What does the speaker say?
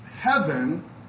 heaven